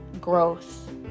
growth